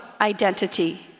identity